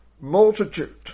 multitude